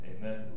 Amen